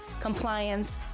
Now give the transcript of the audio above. compliance